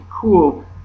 cool